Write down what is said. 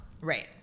Right